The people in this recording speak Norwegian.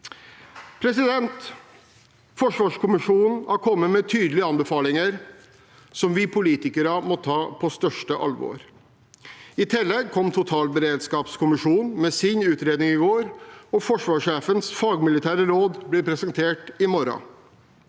havs. Forsvarskommisjonen har kommet med tydelige anbefalinger som vi politikere må ta på største alvor. I tillegg kom totalberedskapskommisjonen med sin utredning i går, og forsvarssjefens fagmilitære råd blir presentert i morgen.